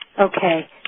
Okay